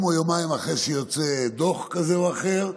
או יומיים אחרי שיוצא דוח כזה או אחר.